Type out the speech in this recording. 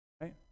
Right